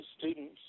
students